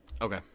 Okay